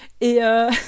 Et